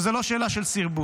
כי זו לא שאלה של סרבול.